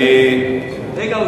אני, רגע, הוא